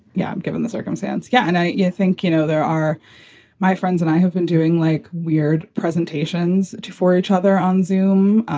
yeah. given the circumstance. yeah. and i yeah think, you know, there are my friends and i have been doing like weird presentations for each other on zoome.